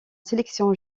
sélection